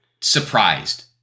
surprised